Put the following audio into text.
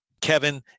Kevin